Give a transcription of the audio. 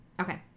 Okay